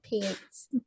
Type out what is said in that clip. pants